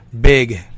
big